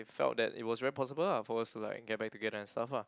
felt that it was very possible lah for us to like get back together and stuff ah